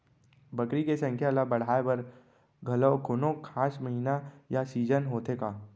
बकरी के संख्या ला बढ़ाए बर घलव कोनो खास महीना या सीजन होथे का?